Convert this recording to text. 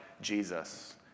Jesus